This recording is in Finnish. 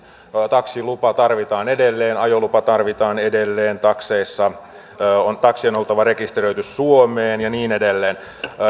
taksilupa tarvitaan edelleen ajolupa tarvitaan edelleen takseissa taksien on oltava rekisteröity suomeen ja niin edelleen